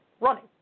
running